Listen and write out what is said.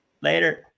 Later